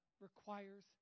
requires